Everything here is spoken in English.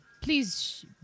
please